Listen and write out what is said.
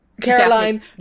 Caroline